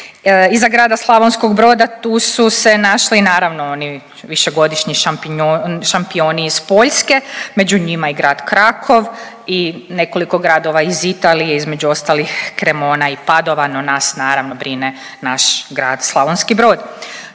Iza grada Slavonskog Broda tu su se našli naravno oni višegodišnji šampioni iz Poljske među njima i grad Krakov i nekoliko gradova iz Italije između ostalih Cremona i Padova no nas naravno brine naš grad Slavonski Brod.